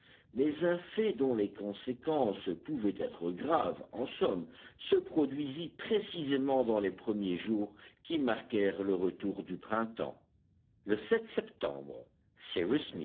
mais un fait dont les conséquences pouvaient être graves en somme se produisit précisément dans les premiers jours qui marquèrent le retour du printemps le septembre